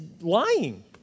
lying